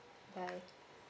bye